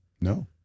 no